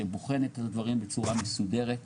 שבוחנת את הדברים בצורה מסודרת,